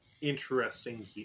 interesting